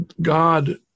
God